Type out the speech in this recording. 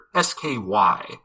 SKY